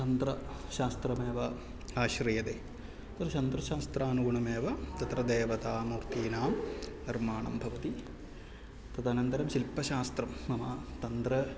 तन्त्रशास्त्रमेव आश्रयते तत्र शस्त्रं शास्त्रानुगुणमेव तत्र देवतामूर्तीनां निर्माणं भवति तदनन्तरं शिल्पशास्त्रं मम तन्त्रम्